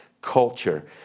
culture